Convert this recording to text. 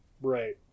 right